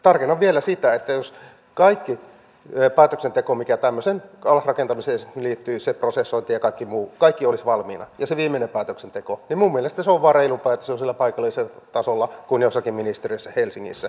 tarkennan vielä sitä että jos kaikki päätöksenteko mikä tämmöiseen allasrakentamiseen liittyy se prosessointi ja kaikki muu olisi valmiina ja se viimeinen päätöksenteko niin minun mielestäni se vain on reilumpaa että se on siellä paikallistasolla kuin jossakin ministeriössä helsingissä